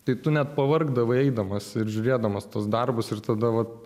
tai tu net pavargdavai eidamas ir žiūrėdamas tuos darbus ir tada vat